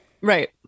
Right